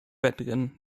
wettrennen